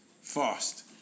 Fast